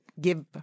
give